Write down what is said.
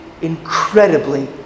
incredibly